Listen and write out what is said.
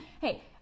Hey